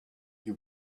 you